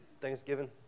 thanksgiving